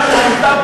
אבל אתה לא,